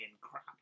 crap